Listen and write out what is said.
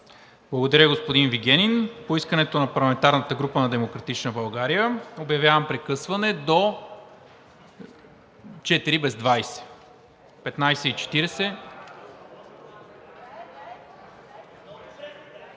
Благодаря, господин Вигенин. По искането на парламентарната група на „Демократична България“ обявявам прекъсване до 15,40